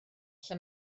lle